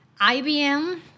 IBM